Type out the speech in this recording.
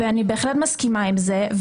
ואני מסכימה עם זה.